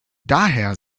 daher